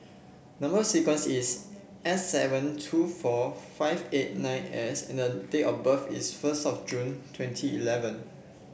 number sequence is S seven two four five eight nine S and the date of birth is first of June twenty eleven